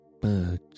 birds